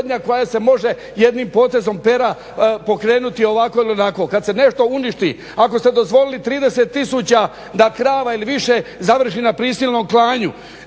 koja se može jednim potezom pera pokrenuti, ovako ili onako. Kad se nešto uništi, ako ste dozvolili 30 tisuća da krava ili više završi na prisilnom klanju.